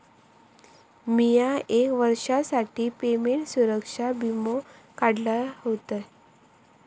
मिया एक वर्षासाठी पेमेंट सुरक्षा वीमो काढलय होतय